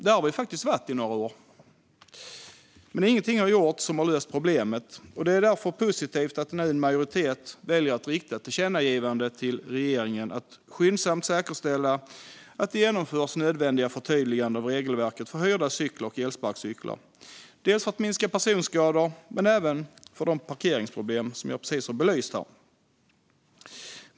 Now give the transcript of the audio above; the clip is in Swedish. Där har vi varit i några år, men ingenting har gjorts som har löst problemet. Det är därför positivt att en majoritet i utskottet nu föreslår riksdagen att rikta ett tillkännagivande till regeringen om att skyndsamt säkerställa att det genomförs nödvändiga förtydliganden av regelverket för hyrda cyklar och elsparkcyklar, delvis för att minska personskadorna men även för att avhjälpa de parkeringsproblem som jag precis har belyst.